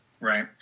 Right